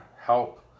help